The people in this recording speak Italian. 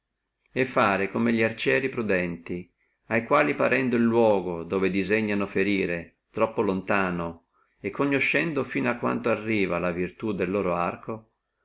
e fare come li arcieri prudenti a quali parendo el loco dove disegnono ferire troppo lontano e conoscendo fino a quanto va la virtù del loro arco